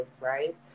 right